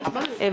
עירונית,